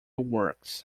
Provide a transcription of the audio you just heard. works